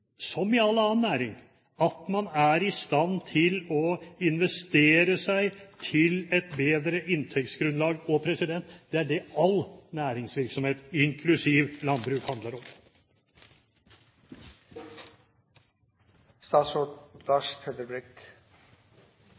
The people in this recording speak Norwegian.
som i all annen næring, at man er i stand til å investere seg til et bedre inntektsgrunnlag. Og det er det all næringsvirksomhet, inklusiv landbruket, handler om.